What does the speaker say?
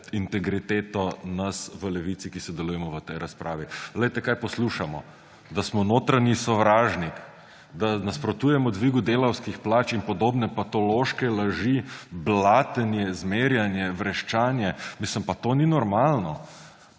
integriteto nas v Levici, ki sodelujemo v tej razpravi. Poglejte, kaj poslušamo – da smo notranji sovražnik, da nasprotujemo dvigu delavskih plač in podobne patološke laži, blatenje, zmerjanje, vreščanje. Pa to ni normalno.